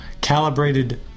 calibrated